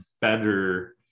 better